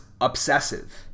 obsessive